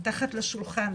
מתחת לשולחן,